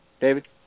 David